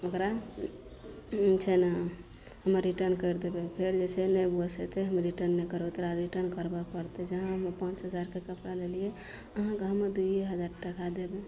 ओकरा छै ने हमे रिटर्न करि देबय फेर जे छै ने गुस्सेतइ हम रिटर्न नहि करबौ तोरा रिटर्न करबऽ पड़तय जहाँ हम पाँच हजार के कपड़ा लेलियै अहाँके हमे दुइए हजार टाका देबौ